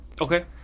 Okay